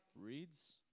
reads